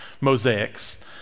mosaics